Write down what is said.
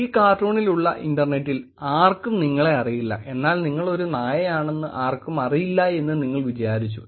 ഈ കാർട്ടൂണിൽ ഉള്ള ഇൻറർനെറ്റിൽ ആർക്കും നിങ്ങളെ അറിയില്ല എന്നാൽ നിങ്ങൾ ഒരു നായ ആണെന്ന് ആർക്കും അറിയില്ലെന്ന് നിങ്ങൾ വിചാരിച്ചു